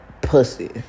pussy